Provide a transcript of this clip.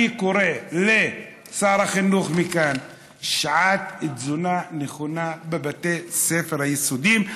אני קורא לשר החינוך מכאן: שעת תזונה נכונה בבתי הספר היסודיים,